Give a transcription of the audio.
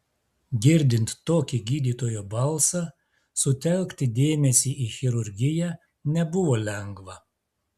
girdint tokį gydytojo balsą sutelkti dėmesį į chirurgiją nebuvo lengva